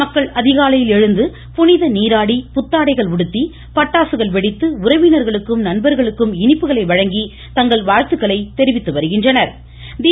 மக்கள் அதிகாலையில் எழுந்து புனிதநீராடி புத்தாடைகள் உடுத்தி பட்டாசுகள் வெடித்து உறவினர்களுக்கும் நண்பர்களுக்கும் இனிப்புகளை வழங்கி தங்கள் வாழ்த்துக்களை தெரிவித்து வருகின்றனா்